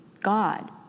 God